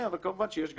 כן, כמובן שיש גם,